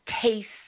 taste